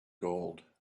gold